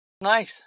Nice